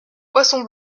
poisson